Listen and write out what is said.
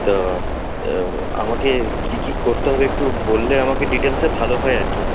তো আমাকে কী কী করতে হবে একটু বললে আমাকে ডিটেলসে ভালো হয় আর কি